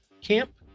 camp